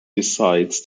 decides